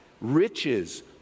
Riches